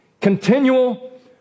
continual